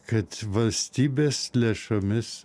kad valstybės lėšomis